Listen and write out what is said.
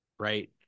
Right